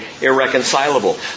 irreconcilable